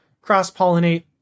cross-pollinate